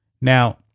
Now